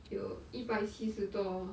有一百七十多